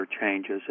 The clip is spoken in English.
changes